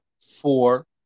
four